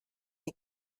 die